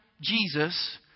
Jesus